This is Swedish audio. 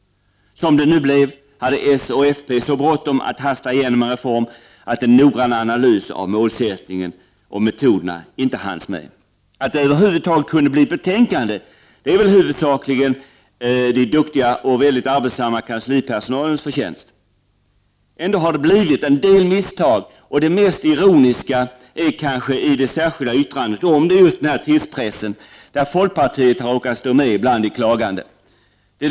Som det nu blev hade s och fp så bråttom att hasta igenom en reform, att en noggrann analys av målsättningen och metoderna inte hanns med. Att det över huvud taget kunde bli ett betänkande är huvudsakligen den duktiga och mycket arbetsamma kanslipersonalens förtjänst. Ändå har det blivit en del misstag. Det mest ironiska är kanske att folkpartiets representant råkar stå med bland de klagande i det särskilda yttrandet om tidspressen.